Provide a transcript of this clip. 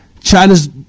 China's